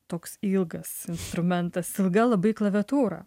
toks ilgas instrumentas ilga labai klaviatūra